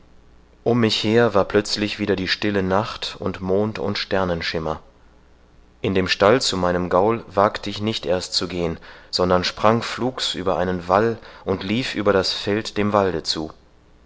um mich her war plötzlich wieder die stille nacht und mond und sternenschimmer in den stall zu meinem gaul wagt ich nicht erst zu gehen sondern sprang flugs über einen wall und lief über das feld dem walde zu